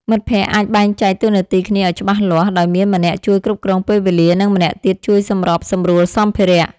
មិត្តភក្តិអាចបែងចែកតួនាទីគ្នាឱ្យច្បាស់លាស់ ដោយមានម្នាក់ជួយគ្រប់គ្រងពេលវេលា និងម្នាក់ទៀតជួយសម្របសម្រួលសម្ភារៈ។